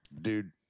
dude